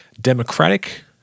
democratic